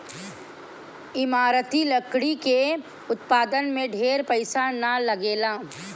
इमारती लकड़ी के उत्पादन में ढेर पईसा ना लगेला